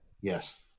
Yes